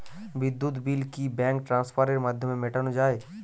বিদ্যুৎ বিল কি ব্যাঙ্ক ট্রান্সফারের মাধ্যমে মেটানো য়ায়?